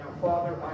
Father